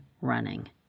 running